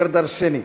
אומר דורשני.